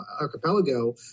archipelago